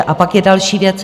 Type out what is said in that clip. A pak je další věc.